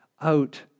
out